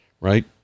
right